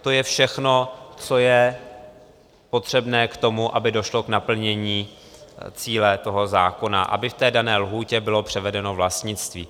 To je všechno, co je potřebné k tomu, aby došlo k naplnění cíle toho zákona, aby v té dané lhůtě bylo převedeno vlastnictví.